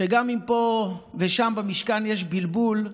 שגם אם פה ושם במשכן יש בלבול,